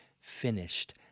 Finished